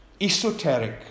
esoteric